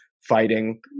fighting